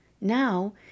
Now